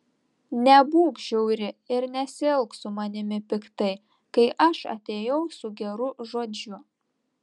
nebūk žiauri ir nesielk su manimi piktai kai aš atėjau su geru žodžiu